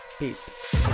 Peace